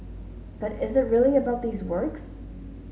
but is it really about these works